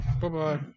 Bye-bye